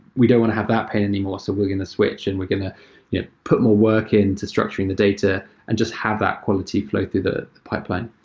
we don't want to have that pain anymore. so we're going to switch and we're going to yeah to put more work in to structuring the data and just have that quality flow through the pipeline.